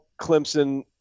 Clemson